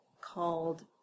called